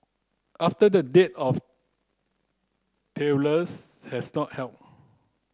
after the dearth of tailors has not helped